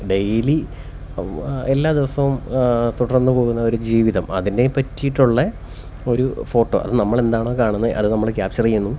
daily എല്ലാ ദിവസവും തുടര്ന്നു പോകുന്ന ഒരു ജീവിതം അതിനെ പറ്റിയിട്ടുള്ളൂ ഒരു ഫോട്ടോ നമ്മള് എന്താണ് കാണുന്നത് അത് നമ്മൾ ക്യാപ്ച്ചര് ചെയ്യുന്നു